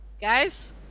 guys